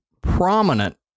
prominent